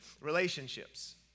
Relationships